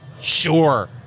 Sure